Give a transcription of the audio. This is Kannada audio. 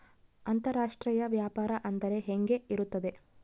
ಅಂತರಾಷ್ಟ್ರೇಯ ವ್ಯಾಪಾರ ಅಂದರೆ ಹೆಂಗೆ ಇರುತ್ತದೆ?